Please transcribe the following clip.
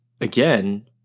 again